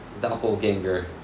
doppelganger